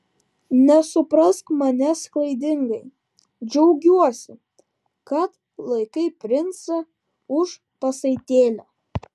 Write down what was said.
nesuprask manęs klaidingai džiaugiuosi kad laikai princą už pasaitėlio